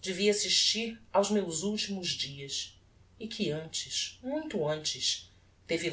devia assistir aos meus ultimos dias e que antes muito antes teve